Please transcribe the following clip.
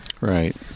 Right